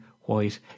white